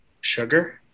Sugar